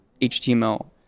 HTML